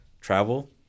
travel